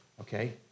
Okay